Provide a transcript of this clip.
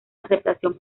aceptación